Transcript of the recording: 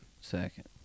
Second